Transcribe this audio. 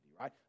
right